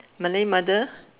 Malay mother